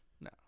No